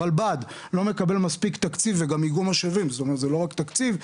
הרלב"ד לא מקבל מספיק תקציב, זה לא רק תקציב,